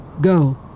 Go